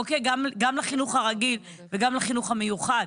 גם לחינוך הרגיל וגם לחינוך המיוחד,